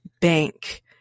bank